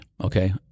okay